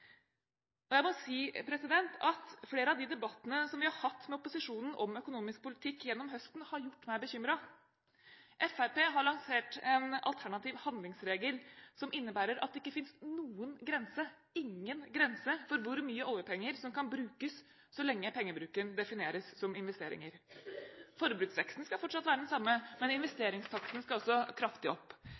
Og jeg må si at flere av de debattene vi har hatt med opposisjonen om økonomisk politikk gjennom høsten, har gjort meg bekymret. Fremskrittspartiet har lansert en alternativ handlingsregel som innebærer at det ikke finnes noen grense – ingen grense – for hvor mye oljepenger som kan brukes, så lenge pengebruken defineres som investeringer. Forbruksveksten skal fortsatt være den samme, men investeringstakten skal altså kraftig opp.